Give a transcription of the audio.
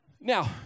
Now